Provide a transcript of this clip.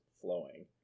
flowing